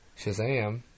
Shazam